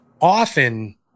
often